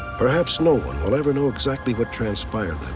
perhaps no one will ever know exactly what transpired that